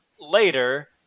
later